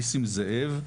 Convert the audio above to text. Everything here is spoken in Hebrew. ניסים זאב,